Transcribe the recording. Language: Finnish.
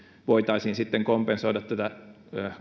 voitaisiin sitten kompensoida tätä